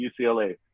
UCLA